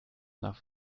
nach